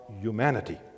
humanity